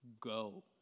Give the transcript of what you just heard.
go